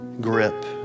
grip